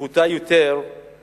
נחותה יותר מזאת